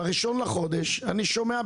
באחד לחודש אני שומע,